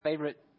favorite